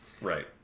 right